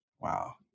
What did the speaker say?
Wow